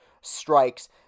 strikes